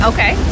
Okay